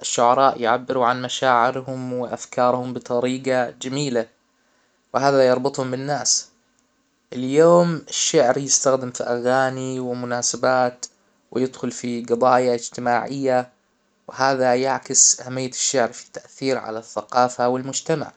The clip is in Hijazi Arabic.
الشعراء يعبروا عن مشاعرهم وافكارهم بطريقة جميلة وهذا يربطهم بالناس اليوم الشعر يستخدم في اغاني ومناسبات ويدخل في جضايا اجتماعية وهذا يعكس اهمية الشعر في التأثير على الثقافة والمجتمع